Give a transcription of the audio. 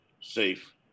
safe